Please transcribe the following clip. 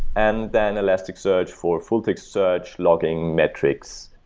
and then, elasticsearch for full-text search logging metrics,